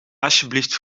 alsjeblieft